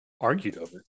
Argued-over